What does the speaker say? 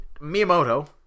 Miyamoto